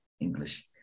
English